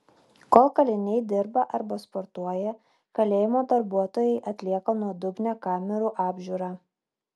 kol kaliniai dirba arba sportuoja kalėjimo darbuotojai atlieka nuodugnią kamerų apžiūrą